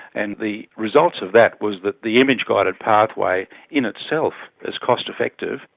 and the results of that was that the image guided pathway in itself is cost effective,